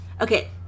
Okay